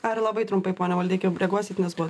ar labai trumpai pone maldeiki reaguosit nes buvot